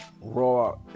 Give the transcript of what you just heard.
Raw